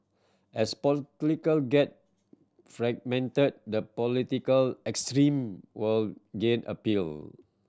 as political get fragmented the political extreme will gain appeal